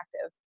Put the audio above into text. active